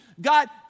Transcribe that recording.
God